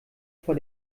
vor